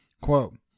Quote